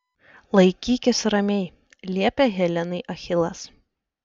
laikykis ramiai liepė helenai achilas